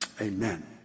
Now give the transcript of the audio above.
Amen